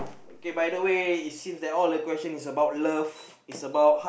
okay by the way it seems that all the question is about love is about